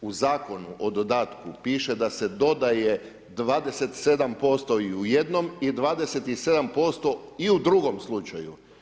U Zakonu o dodatku, piše da se dodaje 27% i u jednom, i 27% i u drugom slučaju.